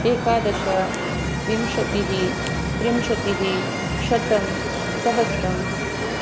एकादश विंशति त्रिंशत् शतम् सहस्रम्